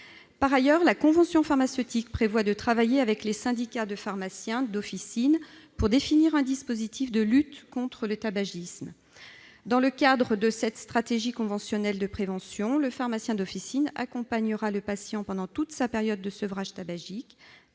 Par ailleurs, la convention pharmaceutique prévoit de travailler avec les syndicats de pharmaciens d'officine pour définir un dispositif de lutte contre le tabagisme. Dans le cadre de cette stratégie conventionnelle de prévention, le pharmacien d'officine accompagnera le patient pendant toute sa période de sevrage tabagique